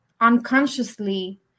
unconsciously